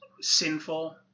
sinful